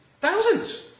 Thousands